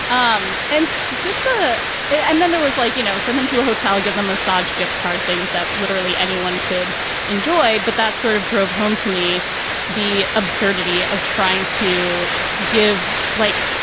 um and just the and then there was like, you know, send them to a hotel to give them a serj gift card, things that literally anyone could enjoy. but that sort of drove home to me the absurdity of trying to give, like,